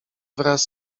wraz